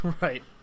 Right